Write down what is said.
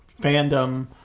fandom